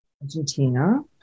Argentina